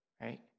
right